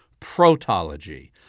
protology